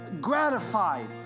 gratified